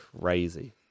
crazy